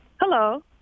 Hello